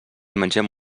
mengem